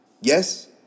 Yes